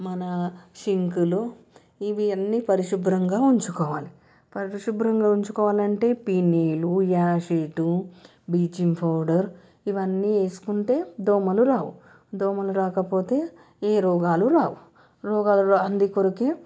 మన షింకులు ఇవి అన్ని పరిశుభ్రంగా ఉంచుకోవాలి పరిశుభ్రంగా ఉంచుకోవాలంటే ఫెనయల్ యాసిడ్ బ్లీచింగ్ పౌడర్ ఇవన్నీ వేసుకుంటే దోమలు రావు దోమలు రాకపోతే ఏ రోగాలు రావు రోగాలు రాంది కొరకే